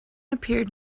appeared